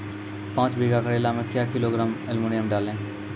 पाँच बीघा करेला मे क्या किलोग्राम एलमुनियम डालें?